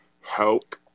help